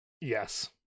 Yes